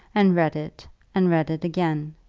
and read it and read it again.